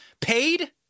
paid